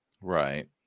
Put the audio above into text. Right